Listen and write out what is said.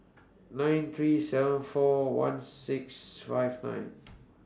nine three seven four one six five nine